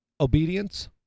obedience